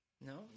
No